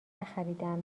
نخریدهام